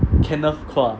kenneth quah